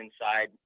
inside